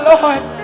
Lord